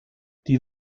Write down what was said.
die